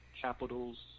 Capitals